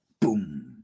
Boom